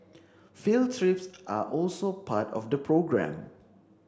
field trips are also part of the programme